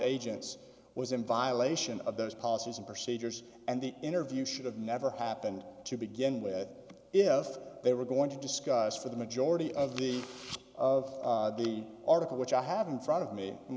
agents was in violation of those policies and procedures and the interview should have never happened to begin with if they were going to discuss for the majority of the of the article which i have in front of me and